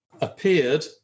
appeared